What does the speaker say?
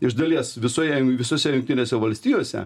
iš dalies visoje visose jungtinėse valstijose